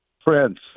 Prince